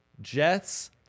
Jets